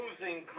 losing